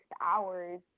hours